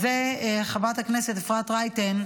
אז חברת הכנסת אפרת רייטן,